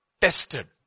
tested